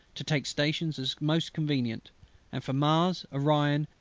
to take stations as most convenient and for mars, orion,